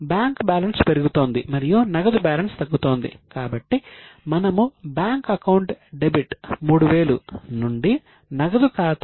bank balance పెరుగుతోంది మరియు నగదు బ్యాలెన్స్ తగ్గుతోంది కాబట్టి మనము బ్యాంక్ అకౌంట్ డెబిట్ 3000 నుండి నగదు ఖాతా